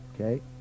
Okay